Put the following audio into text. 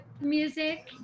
music